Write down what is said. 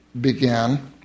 began